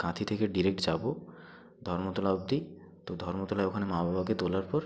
কাঁথি থেকে ডিরেক্ট যাব ধর্মতলা অবধি তো ধর্মতলায় ওখানে মা বাবাকে তোলার পর